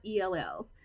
ELLs